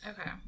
Okay